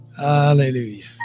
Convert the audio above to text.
Hallelujah